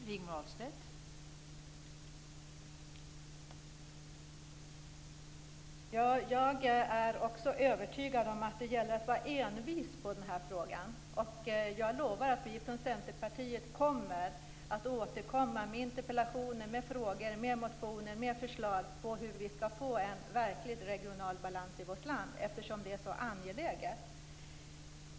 Fru talman! Jag är också övertygad om att det gäller att vara envis i den här frågan. Jag lovar att vi i Centerpartiet kommer att återkomma med interpellationer, frågor, motioner och förslag om hur vi skall få en verklig regional balans i vårt land eftersom det är så angeläget.